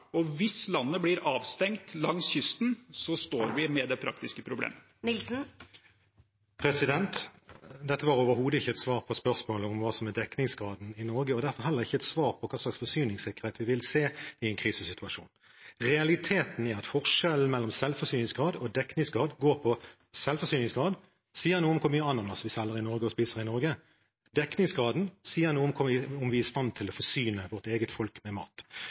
Og hvis landet blir avstengt langs kysten, står vi med det praktiske problemet. Dette var overhodet ikke et svar på spørsmålet om hva som er dekningsgraden i Norge, og det er heller ikke et svar på hva slags forsyningssikkerhet vi vil se i en krisesituasjon. Forskjellen mellom selvforsyningsgrad og dekningsgrad går på at selvforsyningsgrad sier noe om hvor mye ananas vi selger, og spiser, i Norge. Dekningsgraden sier noe om vi er i stand til å forsyne vårt eget folk med mat.